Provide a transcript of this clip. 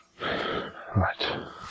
Right